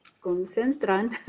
concentran